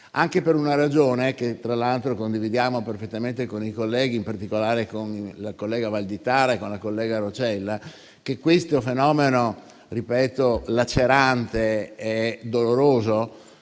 anche per una ragione che, tra l'altro, condividiamo perfettamente con i colleghi, in particolare con il collega Valditara e con la collega Roccella; questo fenomeno, ripeto, lacerante e doloroso,